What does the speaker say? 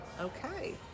okay